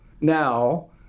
now